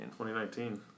2019